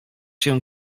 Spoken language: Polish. się